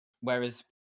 Whereas